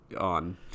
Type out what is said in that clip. on